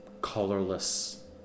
colorless